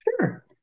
Sure